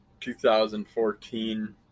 2014